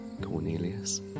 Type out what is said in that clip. Cornelius